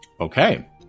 Okay